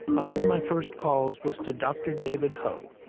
among my first calls was to dr. david ho.